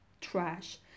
trash